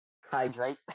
Hydrate